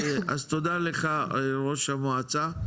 אז תודה לך ראש המועצה.